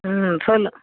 ம் சொல்லு